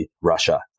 Russia